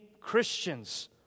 Christians